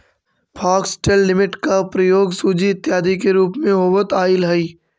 foxtail millet का प्रयोग सूजी इत्यादि के रूप में होवत आईल हई